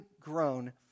grown